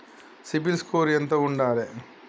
CIBIL score ఎంత ఉండాలే?